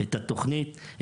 את התוכנית,